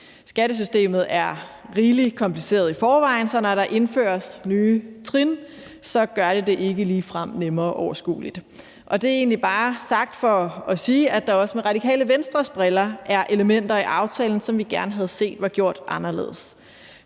Skattesystemet er rigelig kompliceret i forvejen, så når der indføres nye trin, gør det det ikke ligefrem nemmere at overskue. Og det er egentlig bare sagt for at sige, at der også med Radikale Venstres briller er elementer i aftalen, som vi gerne havde set var gjort anderledes.